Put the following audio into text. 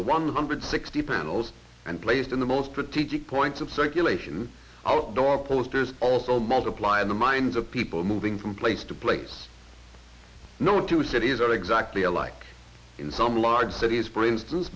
the one hundred sixty panels and placed in the most pretty to coin to circulation outdoor posters also multiply in the minds of people moving from place to place no two cities are exactly alike in some large cities for instance